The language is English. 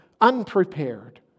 unprepared